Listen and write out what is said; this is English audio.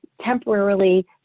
temporarily